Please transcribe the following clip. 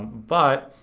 but,